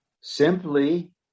simply